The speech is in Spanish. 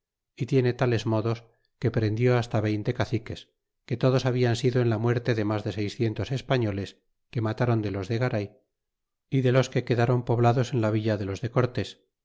y tiene tales modos que prendió hasta veinte caciques que todos habian sido en la muerte de mas de seiscientos españoles que mataron de los de garay y de los que quedaron poblados en la villa de los de cortés